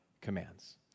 commands